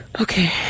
Okay